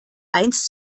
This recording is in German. eins